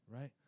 right